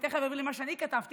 תכף אעבור למה שאני כתבתי,